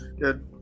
Good